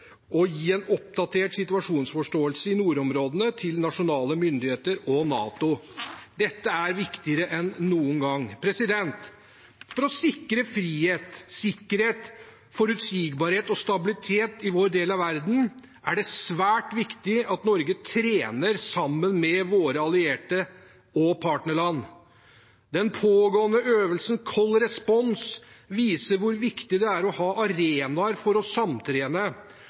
gi en oppdatert situasjonsforståelse i nordområdene til nasjonale myndigheter og NATO. Dette er viktigere enn noen gang. For å sikre frihet, sikkerhet, forutsigbarhet og stabilitet i vår del av verden er det svært viktig at Norge trener sammen med våre allierte og partnerland. Den pågående øvelsen Cold Response viser hvor viktig det er å ha arenaer for å samtrene,